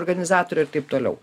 organizatorių ir taip toliau